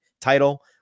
title